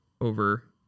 over